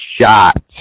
shot